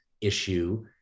issue